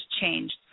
changed